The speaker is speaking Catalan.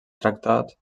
tractat